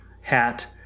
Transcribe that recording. hat